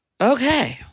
Okay